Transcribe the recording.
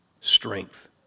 strength